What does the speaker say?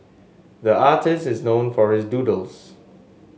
the artist is known for his doodles